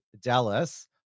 Dallas